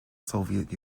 soviet